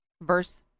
Verse